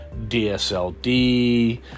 DSLD